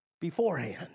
beforehand